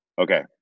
okay